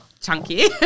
chunky